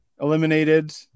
eliminated